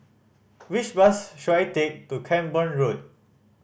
which bus should I take to Camborne Road